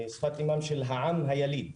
היא שפת האם של העם היליד.